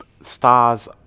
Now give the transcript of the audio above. stars